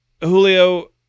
Julio